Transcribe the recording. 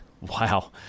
Wow